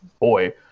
boy